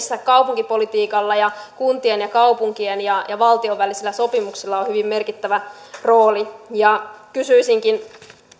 kaupunkipolitiikalla ja kuntien kaupunkien ja ja valtion välisillä sopimuksilla on hyvin merkittävä rooli kysyisinkin